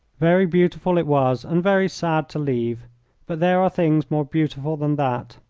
very beautiful it was, and very sad to leave but there are things more beautiful than that.